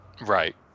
Right